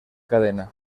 cadena